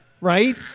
right